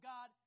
God